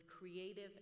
creative